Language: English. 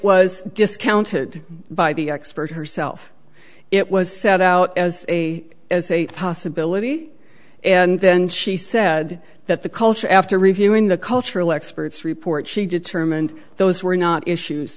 was discounted by the expert herself it was set out as a as a possibility and then she said that the culture after reviewing the cultural expert's report she determined those were not issues